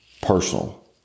personal